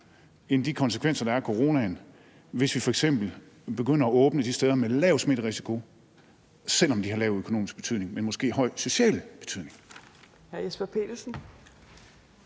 end de konsekvenser, der er af coronaen? Så burde vi ikke begynde f.eks. at åbne de steder med lav smitterisiko, selv om de har lille økonomisk betydning, men måske stor social betydning?